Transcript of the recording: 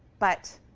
but